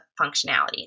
functionality